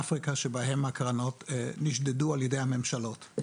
כל מיני מדינות באפריקה שבהם הקרנות נשדדו על ידי הממשלות.